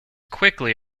quickly